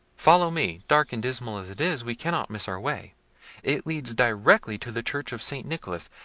follow me dark and dismal as it is, we cannot miss our way it leads directly to the church of st. nicholas.